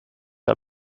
are